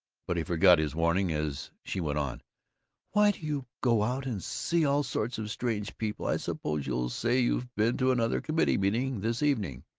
but he forgot his warning as she went on why do you go out and see all sorts of strange people? i suppose you'll say you've been to another committee-meeting this evening!